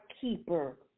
keeper